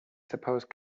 suppose